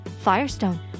Firestone